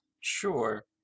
Sure